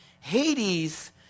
Hades